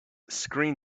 screen